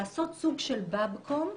לעשות סוג של "באבקום",